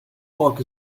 fuck